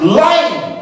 lying